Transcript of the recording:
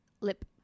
lip